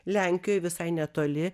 lenkijoj visai netoli